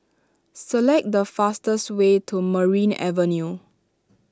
select the fastest way to Merryn Avenue